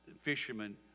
fishermen